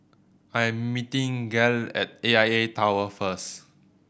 I am meeting Gayle at A I A Tower first